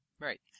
Right